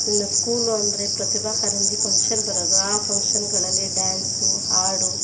ಇನ್ನೂ ಸ್ಕೂಲು ಅಂದರೆ ಪ್ರತಿಭಾ ಕಾರಂಜಿ ಪಂಕ್ಷನ್ ಬರೋದು ಆ ಪಂಕ್ಷನ್ಗಳಲ್ಲಿ ಡ್ಯಾನ್ಸು ಹಾಡು